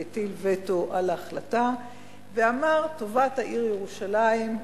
והטיל וטו על ההחלטה ואמר: טובת העיר ירושלים,